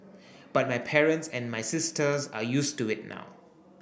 but my parents and my sisters are used to it now